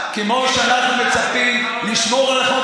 כמו שאנחנו מצפים לשמור על החוק,